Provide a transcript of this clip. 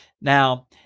Now